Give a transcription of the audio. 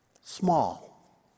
small